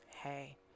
hey